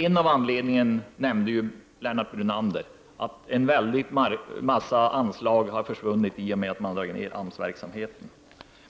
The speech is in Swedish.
En av anledningarna nämndes av Lennart Brunander, nämligen att en hel del anslag har försvunnit genom att man lägger ner AMS-verksamheten.